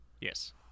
Yes